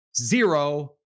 zero